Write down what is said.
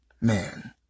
man